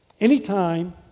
Anytime